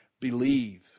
believe